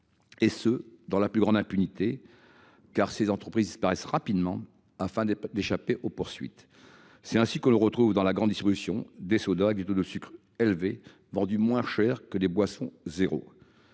de TVA, dans la plus grande impunité, car ces entreprises disparaissent rapidement afin d’échapper aux poursuites. C’est ainsi que l’on retrouve dans la grande distribution des sodas à taux de sucre élevés vendus moins cher que les boissons « zéro